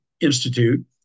Institute